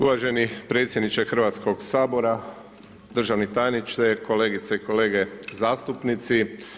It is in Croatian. Uvaženi predsjedniče Hrvatskog sabora, državni tajniče, kolegice i kolege zastupnici.